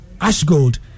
Ashgold